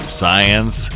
science